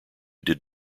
did